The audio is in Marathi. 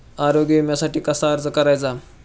आरोग्य विम्यासाठी कसा अर्ज करायचा?